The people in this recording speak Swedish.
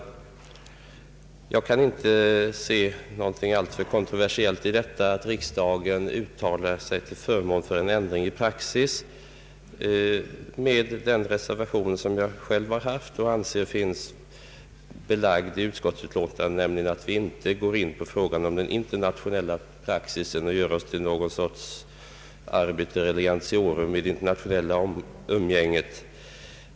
Jag kan inte se något allför kontroversiellt i att riksdagen uttalar sig till förmån för en ändring i praxis, med den reservation som jag anser finns inskriven i utskottsutlåtandet, nämligen att vi inte går in på frågan om internationell praxis och gör oss till någon sorts arbiter elegantiarum i det internationella umgänget. Herr talman!